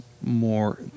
more